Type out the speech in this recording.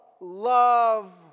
love